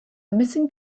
missing